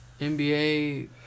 NBA